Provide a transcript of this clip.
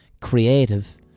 creative